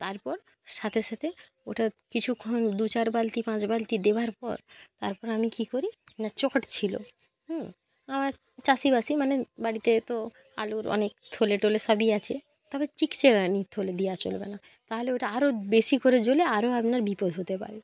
তারপর সাথে সাথে ওটা কিছুক্ষণ দু চার বালতি পাঁচ বালতি দেওয়ার পর তারপর আমি কি করি না চট ছিলো আমরা চাষিবাসি মানে বাড়িতে তো আলুর অনেক থলে টোলে সবই আছে তবে চিকচিকানি থলে দেওয়া চলবে না তাহলে ওটা আরো বেশি করে জ্বলে আরো আপনার বিপদ হতে পারে